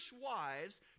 wives